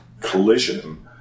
collision